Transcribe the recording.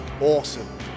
awesome